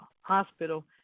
hospital